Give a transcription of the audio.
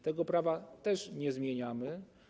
Tego prawa też nie zmieniamy.